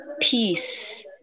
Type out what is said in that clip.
peace